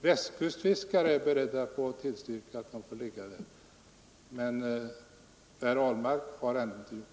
Västkustfiskarna är beredda tillstyrka att industrin får ligga där, men herr Ahlmark har inte gjort det.